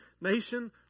nation